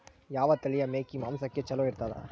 ಯಾವ ತಳಿಯ ಮೇಕಿ ಮಾಂಸಕ್ಕ ಚಲೋ ಇರ್ತದ?